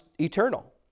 eternal